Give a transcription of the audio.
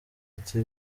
ati